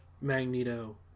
Magneto